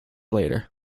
later